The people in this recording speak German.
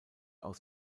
aus